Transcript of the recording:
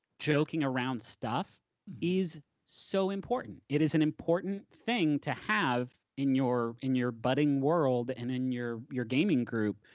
joking around stuff is so important. it is an important thing to have in your in your budding world and in your your gaming group.